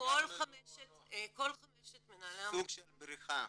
כל חמשת מנהלי --- סוג של בריחה.